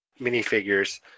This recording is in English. minifigures